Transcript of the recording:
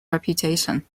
reputation